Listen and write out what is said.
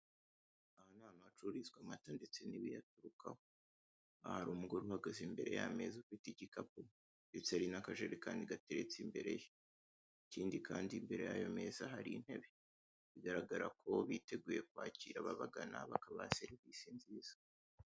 Aha ni ahantu hacururizwa amata ndetse n'ibiyaturukaho, aha hari umugore uhahagaze imbere y'ameza ufite igikapu ndetse hari n'akajerekani gateretse imbere ye, ikindi kandi imbere yayo meza hari Intebe, bigaragara ko biteguye kwakira ababagana bakabahaha serivise nziza.